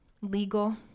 legal